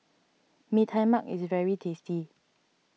Mee Tai Mak is very tasty